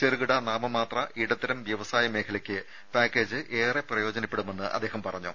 ചെറുകിട നാമമാത്ര ഇടത്തരം വ്യവസായ മേഖലയ്ക്ക് പാക്കേജ് ഏറെ പ്രയോജനപ്പെടുമെന്ന് അദ്ദേഹം പറഞ്ഞു